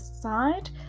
side